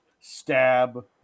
stab